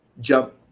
jump